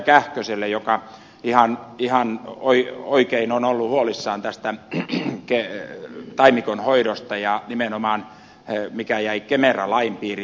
kähköselle joka ihan oikein on ollut huolissaan tästä taimikon hoidosta ja nimenomaan siitä mikä jäi kemera lain piiriin